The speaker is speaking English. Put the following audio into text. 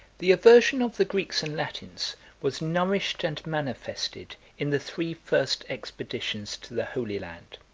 the aversion of the greeks and latins was nourished and manifested in the three first expeditions to the holy land.